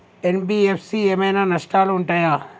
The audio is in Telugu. ఎన్.బి.ఎఫ్.సి ఏమైనా నష్టాలు ఉంటయా?